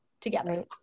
together